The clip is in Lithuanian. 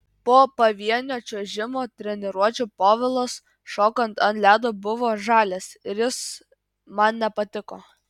po pavienio čiuožimo treniruočių povilas šokant ant ledo buvo žalias ir jis man nepatiko